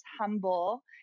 humble